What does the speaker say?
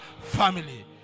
family